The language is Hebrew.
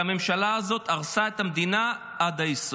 כי הממשלה הזאת הרסה את המדינה עד היסוד.